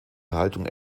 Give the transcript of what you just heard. haltung